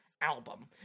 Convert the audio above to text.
album